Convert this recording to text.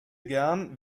gern